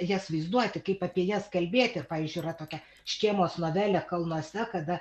jas vaizduoti kaip apie jas kalbėti ir pavyzdžiui yra tokia škėmos novelė kalnuose kada